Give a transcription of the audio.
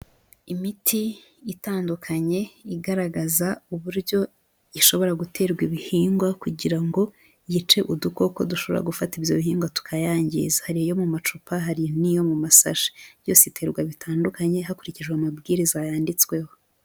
Imiti itandukanye igaragaza uburyo ishobora guterwa ibihingwa kugira ngo yice udukoko dushobora gufata ibyo bihingwa tukayangiriza, hari iyo mu macupa, hari n'iyo mu masashi, yose iterwa bitandukanye hakurikijwe amabwiriza yanditsweho.